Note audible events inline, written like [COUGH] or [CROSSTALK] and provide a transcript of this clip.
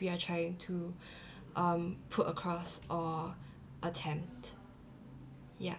we are trying to [BREATH] um put across or attempt ya